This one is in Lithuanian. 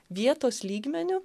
vietos lygmeniu